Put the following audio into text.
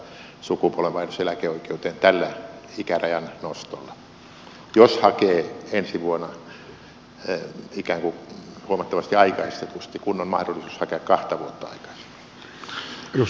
tällä ikärajan nostolla sinänsä ei ole vaikutusta sukupolvenvaihdoseläkeoikeuteen jos hakee ensi vuonna ikään kuin huomattavasti aikaistetusti kun on mahdollisuus hakea kahta vuotta aikaisemmin